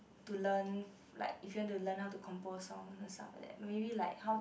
to learn like if you want to learn how to compose songs and stuff like that and maybe learn how to